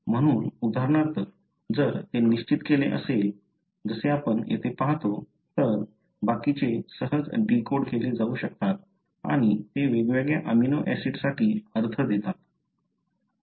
म्हणून उदाहरणार्थ जर ते निश्चित केले असेल जसे आपण येथे पाहतो तर बाकीचे सहज डीकोड केले जाऊ शकतात आणि ते वेगवेगळ्या अमिनो ऍसिडसाठी अर्थ देतात